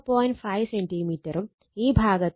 5 സെന്റിമീറ്ററും ഈ ഭാഗത്തും 0